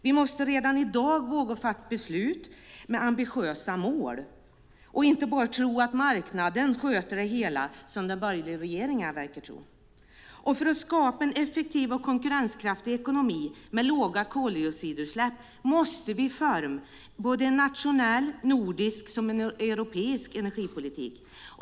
Vi måste redan i dag våga fatta beslut med ambitiösa mål och inte bara tro att marknaden sköter det hela, som den borgerliga regeringen verkar tro. För att skapa en effektiv och konkurrenskraftig ekonomi med låga koldioxidutsläpp måste vi utforma en nationell, en nordisk och en europeisk energipolitik.